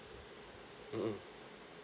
mm mm